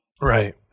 Right